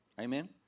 Amen